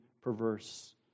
perverse